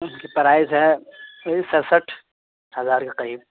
اس کے پرائز ہے وہی سرسٹھ ہزار کے قریب